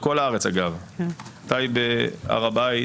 בכל הארץ אגב, טייבה, הר הבית,